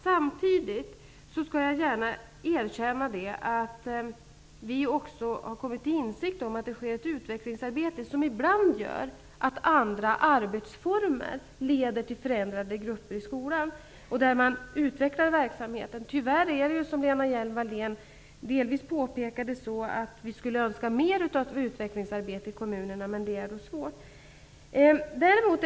Samtidigt kan jag gärna erkänna att vi har kommit till insikt om att det sker ett utvecklingsarbete, som ibland medför att andra arbetsformer leder till förändrade grupper i skolan. Som Lena Hjelm Wallén delvis påpekade är det så, att vi skulle gärna vilja se mer av utvecklingsarbete ute i kommunerna, men det är nog tyvärr svårt.